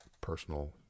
personal